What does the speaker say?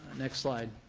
next slide